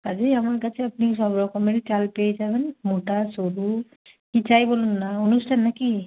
কাজেই আমার কাছে আপনি সব রকমেরই চাল পেয়ে যাবেন মোটা সরু কি চাই বলুন না অনুষ্ঠান না কি